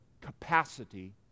capacity